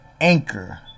anchor